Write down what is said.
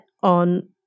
on